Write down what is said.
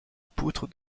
poutre